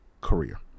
career